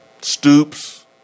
Stoops